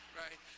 right